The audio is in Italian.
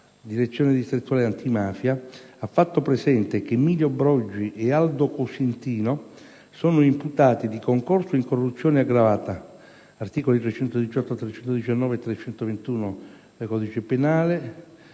Direzione distrettuale antimafia ha fatto presente che Emilio Brogi e Aldo Cosentino sono imputati di concorso in corruzione aggravata (articoli 318, 319 e 321 del codice penale